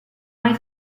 mai